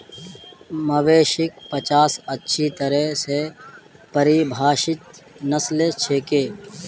मवेशिक पचास अच्छी तरह स परिभाषित नस्ल छिके